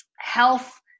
health